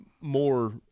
more